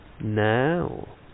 Now